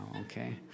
okay